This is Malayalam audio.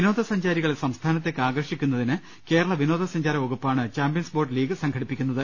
വിനോദസഞ്ചാരികളെ സംസ്ഥാനത്തേ ക്ക് ആകർഷിക്കുന്നതിന് കേരള വിനോദസഞ്ചാര വകുപ്പാണ് ചാമ്പ്യൻസ് ബോട്ട് ലീഗ് സംഘടിപ്പിക്കു ന്നത്